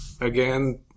again